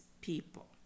people